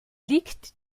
liegt